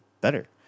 better